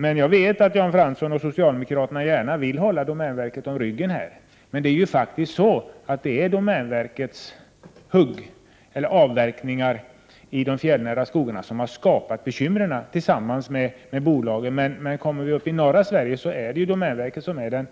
Men jag vet att Jan Fransson och socialdemokraterna gärna vill hålla domänverket om ryggen i den här frågan, och det är faktiskt domänverkets avverkningar tillsammans med bolagens i de fjällnära skogarna som har skapat dessa bekymmer. Uppe i norra Sverige är det domänverket som är